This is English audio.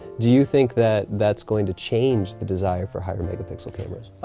do you think that that's going to change the desire for higher megapixel cameras?